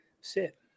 Sit